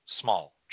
small